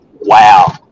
wow